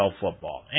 football